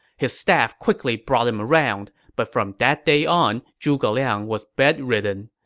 his staff quickly brought him around, but from that day on, zhuge liang was bed-ridden.